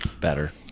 Better